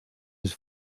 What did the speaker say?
his